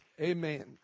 Amen